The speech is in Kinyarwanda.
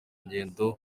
ingendo